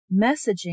messaging